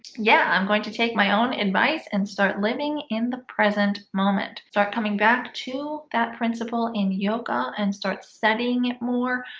yeah, i'm going to take my own advice and start living in the present moment start coming back to that principle in yoga and start studying it more